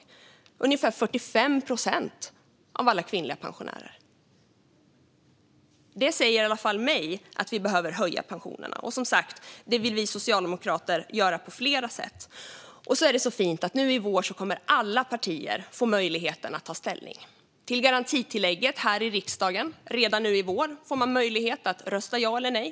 Det gäller ungefär 45 procent av alla kvinnliga pensionärer. Det säger i alla fall mig att vi behöver höja pensionerna. Och det vill vi socialdemokrater som sagt göra på flera sätt. Det är också så fint att alla partier kommer att få möjlighet nu i vår att ta ställning till garantitillägget här i riksdagen. Redan i vår får man möjlighet att rösta ja eller nej.